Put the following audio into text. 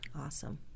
Awesome